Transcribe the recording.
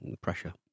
Pressure